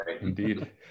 Indeed